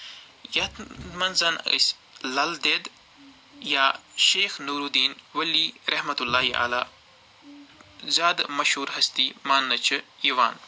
یَتھ منٛز أسۍ لَلدٮ۪د یا شیخ نوٗروٗدیٖن ؤلی زیادٕ مَشہوٗر ۂستی ماننہٕ چھِ یِوان